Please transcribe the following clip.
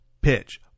pitch